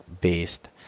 based